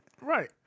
Right